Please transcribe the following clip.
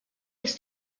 ist